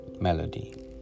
melody